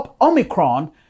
Omicron